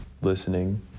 listening